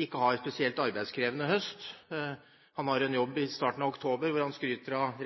ikke har en spesielt arbeidskrevende høst. Han har en jobb i starten av oktober hvor han skryter av